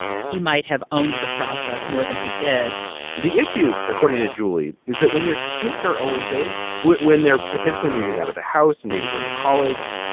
he might have owned the process more than he did the issue, according to julie, is that when your kids are owen's age, when when they're potentially moving out of the house and maybe going to college,